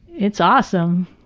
it's awesome.